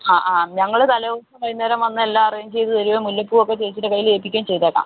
അ അ ഞങ്ങൾ തലേദിവസം വൈകുന്നേരം വന്ന് എല്ലാം അറേഞ്ച് ചെയ്ത് തരികയും മുല്ലപ്പൂവൊക്കെ ചേച്ചിയുടെ കയ്യിൽ ഏൽപ്പിക്കുകയും ചെയ്തേക്കാം